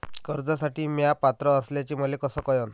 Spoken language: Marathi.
कर्जसाठी म्या पात्र असल्याचे मले कस कळन?